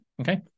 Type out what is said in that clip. okay